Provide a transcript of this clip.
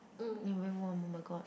you're very warm oh my god